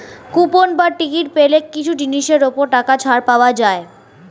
coupon বা ticket পেলে কিছু জিনিসের ওপর টাকা ছাড় পাওয়া যায়